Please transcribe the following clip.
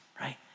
right